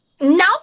Now